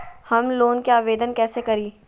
Home loan के आवेदन कैसे करि?